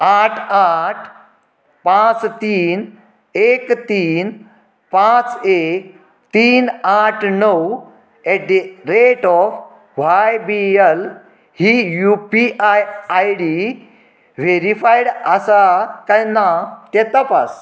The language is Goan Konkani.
आठ आठ पांच तीन एक तीन पांच एक तीन आठ णव at the rate of Y B L ही U P I I D verified आसा कांय ना तें तपास